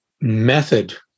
method